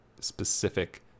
specific